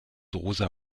rosa